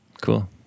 cool